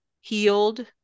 healed